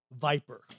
viper